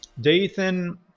Dathan